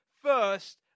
first